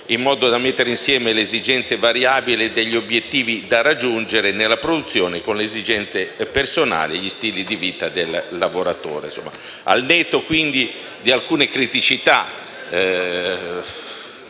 in modo da mettere insieme le esigenze variabili degli obiettivi da raggiungere nella produzione con le esigenze personali o gli stili di vita del lavoratore. Quindi, al netto di alcune criticità